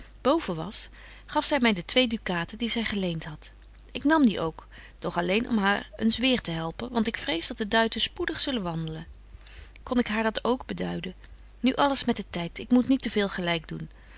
boven was gaf zy my de twee ducaten die zy geleent hadt ik nam die ook doch alleen om haar eens weer te helpen want ik vrees dat de duiten spoedig zullen wandelen kon ik haar dat k beduiden nu alles met den tyd ik moet niet te veel gelyk doen